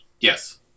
Yes